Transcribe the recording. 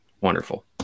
Wonderful